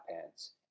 pants